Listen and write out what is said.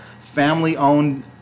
family-owned